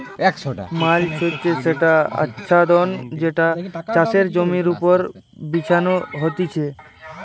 mulch হচ্ছে সেটি আচ্ছাদন যেটা চাষের জমির ওপর বিছানো হতিছে